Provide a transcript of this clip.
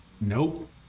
Nope